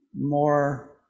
more